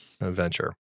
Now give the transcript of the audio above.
adventure